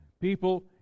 People